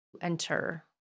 enter